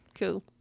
Cool